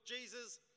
Jesus